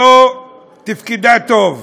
לא תפקדה טוב,